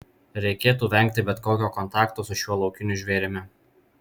reikėtų vengti bet kokio kontakto su šiuo laukiniu žvėrimi